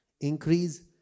Increase